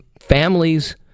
families